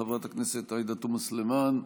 חברת הכנסת עאידה תומא סלימאן.